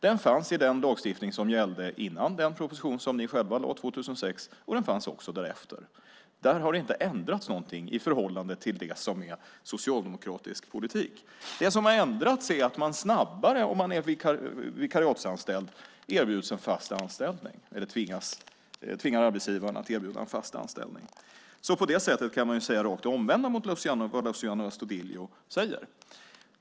Den fanns i den lagstiftning som gällde före den proposition som ni själva lade fram 2006, och den fanns också därefter. Där har det inte ändrats någonting i förhållande till det som är socialdemokratisk politik. Det som har ändrats är att man om man är vikariatsanställd snabbare erbjuds fast anställning genom att arbetsgivaren tvingas till det. På det sättet kan man säga det rakt omvända mot vad Luciano Astudillo säger.